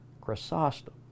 Chrysostom